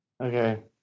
Okay